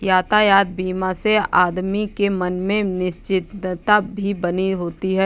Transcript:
यातायात बीमा से आदमी के मन में निश्चिंतता भी बनी होती है